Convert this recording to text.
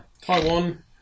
Taiwan